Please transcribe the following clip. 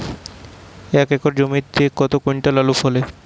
এক একর জমিতে কত কুইন্টাল আলু ফলে?